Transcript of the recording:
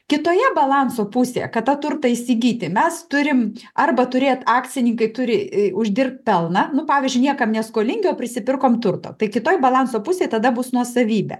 kitoje balanso pusėje kad tą turtą įsigyti mes turim arba turėt akcininkai turi uždirbt pelną nu pavyzdžiui niekam neskolingi o prisipirkom turto tai kitoj balanso pusėj tada bus nuosavybė